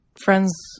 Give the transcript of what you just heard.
friends